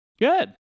Good